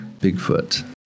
Bigfoot